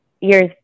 years